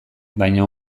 baina